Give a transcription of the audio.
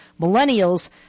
millennials